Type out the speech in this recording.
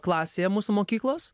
klasėje mūsų mokyklos